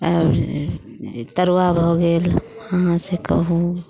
आओर तरुआ भऽ गेल कहाँसँ कहू